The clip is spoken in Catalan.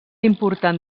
important